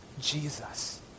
Jesus